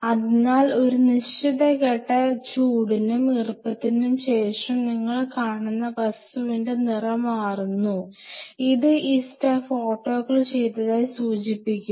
അതിനാൽ ഒരു നിശ്ചിത ഘട്ട ചൂടിനും ഈർപ്പത്തിനും ശേഷം നിങ്ങൾ കാണുന്ന വസ്തുവിന്റെ നിറം മാറുന്നു ഇത് ഈ സ്റ്റഫ് ഓട്ടോക്ലേവ് ചെയ്തതായി സൂചിപ്പിക്കുന്നു